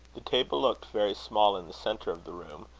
the table looked very small in the centre of the room,